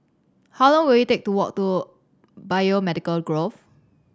how long will it take to walk to Biomedical Grove